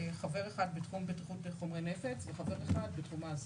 חבר אחד בתחום בטיחות חומרי נפץ וחבר אחד בתחום האסדרה.